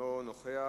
אינו נוכח.